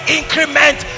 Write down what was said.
increment